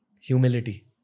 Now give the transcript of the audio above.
Humility